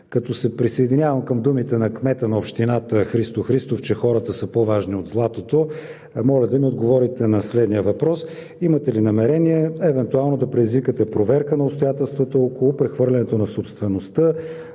Като се присъединявам към думите на кмета на общината Христо Христов, че хората са по-важни от златото, моля да ми отговорите на следния въпрос: имате ли намерение да предизвикате проверка на обстоятелствата около прехвърлянето на собствеността